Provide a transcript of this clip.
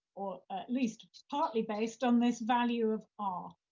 or at least partly based, on this value of ah